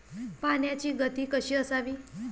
पाण्याची गती कशी असावी?